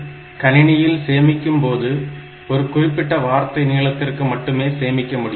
அந்த எண்ணை கணினியில் சேமிக்கும் போது ஒரு குறிப்பிட்ட வார்த்தை நீளத்திற்கு மட்டுமே சேமிக்க முடியும்